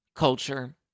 Culture